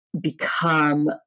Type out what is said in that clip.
become